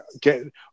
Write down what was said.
get